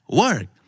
work